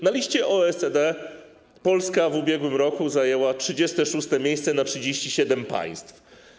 Na liście OECD Polska w ubiegłym roku zajęła 36. miejsce na 37 państw.